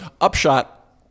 Upshot